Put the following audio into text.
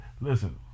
Listen